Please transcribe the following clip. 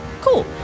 Cool